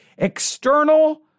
external